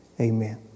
Amen